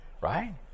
right